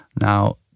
Now